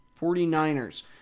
49ers